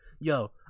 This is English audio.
Yo